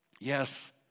Yes